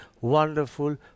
wonderful